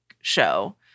show –